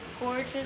gorgeous